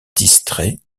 distrait